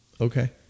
Okay